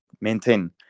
maintain